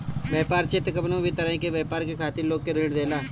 व्यापार वित्त कवनो भी तरही के व्यापार खातिर लोग के ऋण देला